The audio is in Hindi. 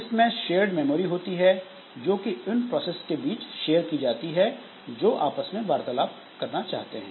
इसमें शेयर्ड मेमोरी होती है जो कि उन प्रोसेस के बीच शेयर की जाती है जो आपस में वार्तालाप करना चाहते हैं